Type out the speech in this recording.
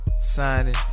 signing